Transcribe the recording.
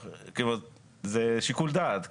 זה שיקול דעת.